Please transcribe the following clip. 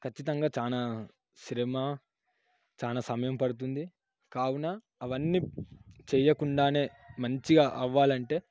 ఖచ్చితంగా చాలా శ్రమ చాలా సమయం పడుతుంది కావున అవన్నీ చేయకుండానే మంచిగా అవ్వాలంటే